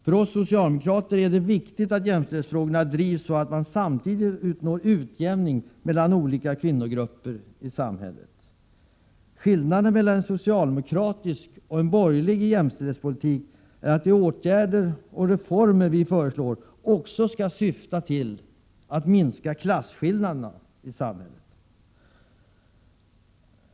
För oss socialdemokrater är det viktigt att jämställdhetsfrågorna drivs så att vi samtidigt når en utjämning mellan olika kvinnnogrupper i samhället. Skillnaderna mellan en socialdemokratisk och en borgerlig jämställdhetspolitik är att de åtgärder och reformer vi föreslår också skall syfta till att minska klasskillnaderna i samhället.